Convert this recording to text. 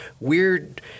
weird